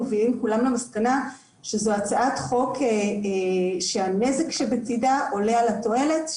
מובילים כולם למסקנה שזו הצעת חוק שהנזק שבצידה עולה על התועלת,